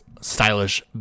stylish